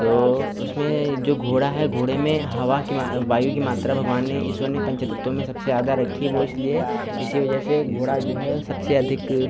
तो उसमें जो घोड़ा है घोड़े में हवा की मा वायु की मात्रा भगवान ने ईश्वर ने पंचतत्वों में सबसे ज़्यादा रखी है वह इसलिए इसी वज़ह से घोड़ा जो है सबसे अधिक